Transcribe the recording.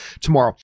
tomorrow